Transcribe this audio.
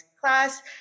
class